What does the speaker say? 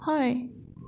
হয়